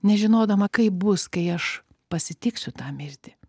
nežinodama kaip bus kai aš pasitiksiu tą mirtį